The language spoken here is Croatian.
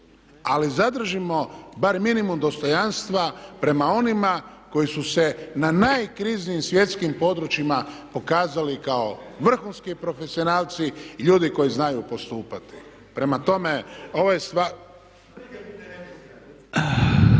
Ali zadržimo barem minimum dostojanstva prema onima koji su se na najkriznijim svjetskim područjima pokazali kao vrhunski profesionalci i ljudi koji znaju postupati. Prema tome, ovo je stvarno